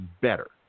better